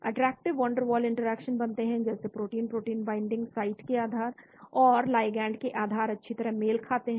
attractive van der Waals interaction बनते है जैसे जैसे प्रोटीन बाइंडिंग साइट के आकार और लिगैंड के आकार अच्छी तरह मेल खाते हैं